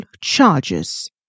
charges